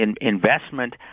investment